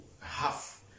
half